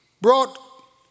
brought